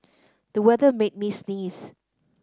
the weather made me sneeze